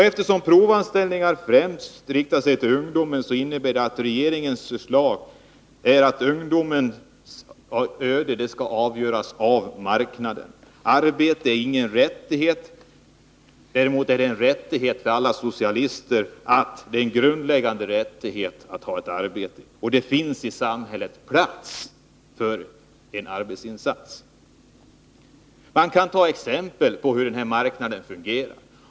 Eftersom provanställningar främst riktar sig till ungdomen, innebär regeringens förslag att ungdomens öde skall avgöras av marknaden. Arbete är ingen rättighet. Däremot är det en grundläggande rättighet för alla socialister att ha ett arbete. Och det finns i samhället plats för en arbetsinsats. Jag kan ge exempel på hur marknaden fungerar.